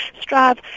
strive